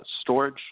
storage